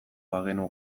bagenu